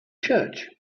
church